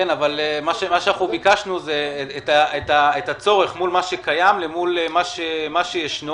אבל מה שאנחנו ביקשנו זה את הצורך מול מה שקיים למול מה שישנו,